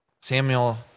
Samuel